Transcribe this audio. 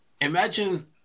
imagine